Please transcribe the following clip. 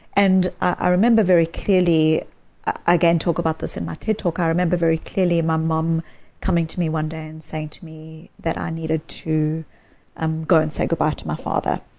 and i remember very clearly again, i talk about this in my ted talk i remember very clearly my mom coming to me one day and saying to me that i needed to um go and say goodbye to my father.